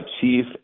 chief